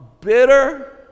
bitter